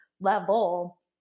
level